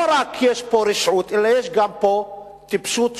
לא רק שיש פה רשעות, יש פה גם טיפשות שחוגגת.